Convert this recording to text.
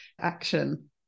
action